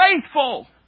faithful